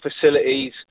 facilities